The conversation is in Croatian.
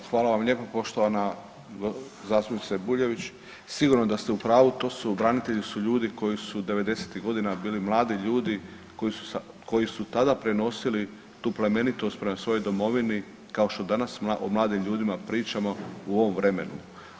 Evo hvala vam lijepo poštovana zastupnice Bujević, sigurno da ste u pravu, to su branitelji su ljudi koji su '90.-tih godina bili mladi ljudi koji su tada prenosili tu plemenitost prema svojoj domovini kao što danas o mladim ljudima pričamo u ovom vremenu.